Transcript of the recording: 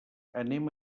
anem